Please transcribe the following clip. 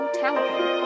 telephone